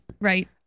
Right